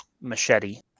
machete